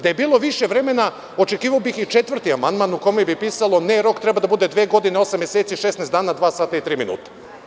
Da je bilo više vremena, očekivao bih i četvrti amandman u kome bi pisalo – ne, rok treba da bude dve godine osam meseci 16 dana dva sata i tri minuta.